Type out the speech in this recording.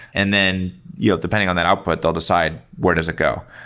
and then you know depending on that output, they'll decide where does it go?